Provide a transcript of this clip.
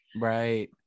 right